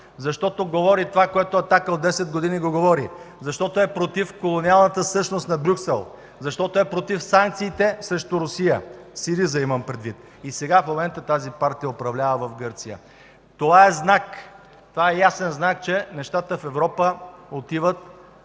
защото говори това, което „Атака” от десет години говори, защото е против колониалната същност на Брюксел, защото е против санкциите срещу Русия – имам предвид СИРИЗА. И сега, в момента, тази партия управлява в Гърция. Това е знак, това е ясен знак, че нещата в Европа отиват